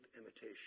imitation